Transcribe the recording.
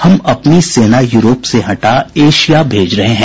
हम अपनी सेना यूरोप से हटा एशिया भेज रहे हैं